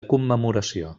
commemoració